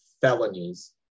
felonies